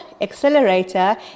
accelerator